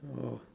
oh